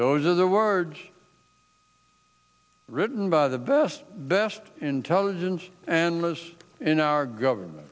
those are the words written by the best best intelligence analysts in our government